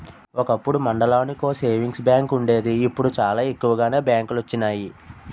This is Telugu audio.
ఒకప్పుడు మండలానికో సేవింగ్స్ బ్యాంకు వుండేది ఇప్పుడు చాలా ఎక్కువగానే బ్యాంకులొచ్చినియి